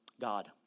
God